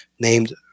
named